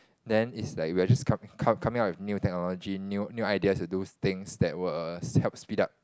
then is like we're just com~ coming up with new technology new new ideas to do things that will help speed up